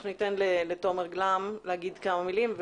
אנחנו נאפשר לתומר גלאם לומר כמה מילים.